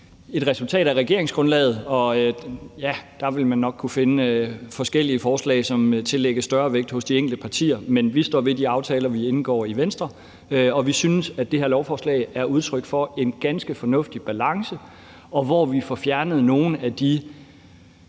et resultat af regeringsgrundlaget, og ja, der vil man nok kunne finde forskellige forslag, som tillægges større vægt hos de enkelte partier, men vi står ved de aftaler, vi indgår i Venstre. Vi synes, at det her lovforslag er udtryk for en ganske fornuftig balance, hvor vi får fjernet nogle af de